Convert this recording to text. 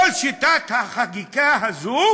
כל שיטת החקיקה הזו